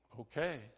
Okay